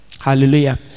Hallelujah